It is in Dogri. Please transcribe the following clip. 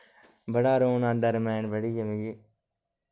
बड़ा रोन आंदा रमायन पढ़ियै मिगीं